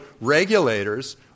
regulators